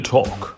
Talk